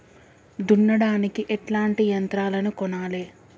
దున్నడానికి ఎట్లాంటి యంత్రాలను కొనాలే?